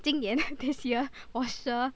今年 this year for sure